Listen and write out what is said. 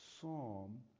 psalm